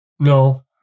No